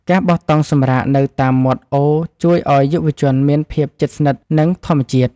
ការបោះតង់សម្រាកនៅតាមមាត់អូរជួយឱ្យយុវជនមានភាពជិតស្និទ្ធនឹងធម្មជាតិ។